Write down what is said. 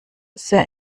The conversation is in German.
sehr